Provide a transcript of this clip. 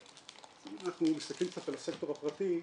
אם אנחנו מסתכלים קצת על הסקטור הפרטי,